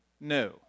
No